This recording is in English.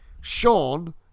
Sean